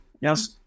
yes